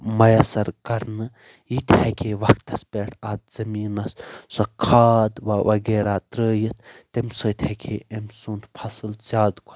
مۄیثر کرنہٕ یہِ تہِ ہیٚکہِ ہے وقتس پٮ۪ٹھ اتھ زٔمیٖنس سۄ کھاد وغیرہ ترٛٲیِتھ تَمہِ سۭتۍ ہیٚکہِ ہے امہِ سُند فصل زیادٕ کھۄتہٕ